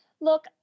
Look